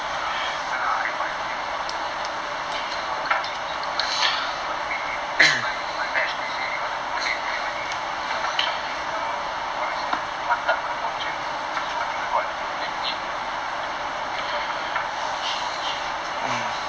err no lah I got until I think if I'm not wrong eighteen november cause we my my batch they say they want to collate everybody then one shot give the R_S_M one time come down check everybody so I think about until that date to 去找一个电话还是什么 see how lah